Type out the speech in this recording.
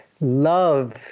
love